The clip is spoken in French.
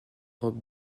robe